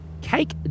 cake